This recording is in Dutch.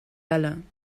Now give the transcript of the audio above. bellen